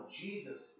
Jesus